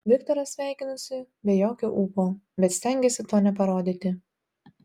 viktoras sveikinosi be jokio ūpo bet stengėsi to neparodyti